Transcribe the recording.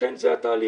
לכן זה התהליך.